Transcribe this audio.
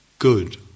Good